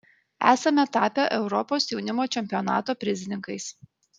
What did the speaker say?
esame tapę europos jaunimo čempionato prizininkais